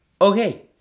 okay